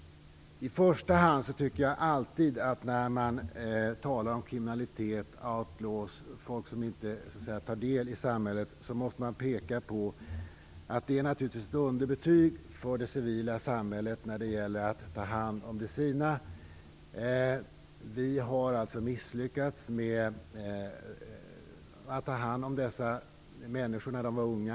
I första hand tycker jag att man, när det talas om kriminalitet och outlaws - folk som inte tar del i samhället - måste peka på att det är fråga om ett underbetyg för det civila samhället när det gäller detta med att ta hand om de sina. Vi har alltså misslyckats med att ta hand om dessa människor när de var unga.